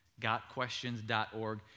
Gotquestions.org